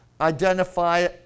identify